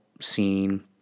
scene